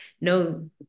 no